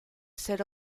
ser